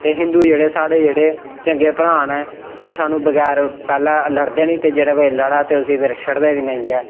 ते हिंदू जेह्ड़े साढ़े जेह्ड़े चंगे भ्राऽ न कुसै नूं बगैर पैह्लें लड़दे निं ते जेल्लै कोई लड़े ते उस्सी फिर छड़दे बी नेईं है